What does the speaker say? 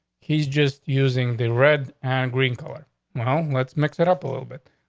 he's just using the red and green color known. um let's mix it up a little bit.